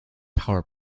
power